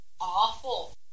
awful